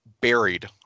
buried